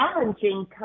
challenging